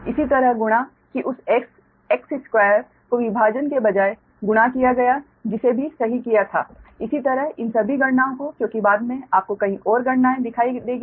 इसी तरह गुणा कि उस x2 को विभाजन के बजाय गुणा किया गया जिसे भी सही किया था इसी तरह इन सभी गणनाओं को क्योंकि बाद में आपको कई और गणनाएं दिखाई देंगी